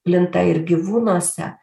plinta ir gyvūnuose